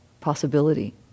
possibility